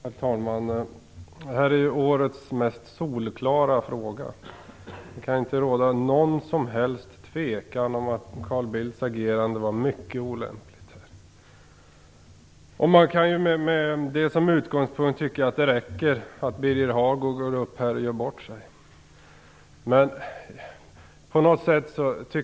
Herr talman! Det här är årets mest solklara fråga. Det kan inte råda något som helst tvivel om att Carl Bildts agerande var mycket olämpligt. Med det som utgångspunkt räcker det med att Birger Hagård gör bort sig här i talarstolen.